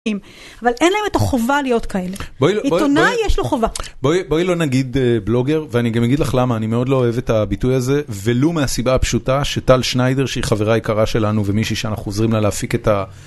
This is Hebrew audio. אבל אין להם את החובה להיות כאלה, עיתונאי יש לו חובה. בואי לא נגיד בלוגר ואני גם אגיד לך למה אני מאוד לא אוהב את הביטוי הזה ולו מהסיבה הפשוטה שטל שניידר שהיא חברה יקרה שלנו ומישהי שאנחנו עוזרים לה להפיק את ה...